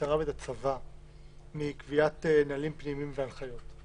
המשטרה ואת הצבא מקביעת נהלים פנימיים והנחיות.